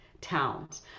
towns